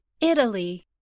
Italy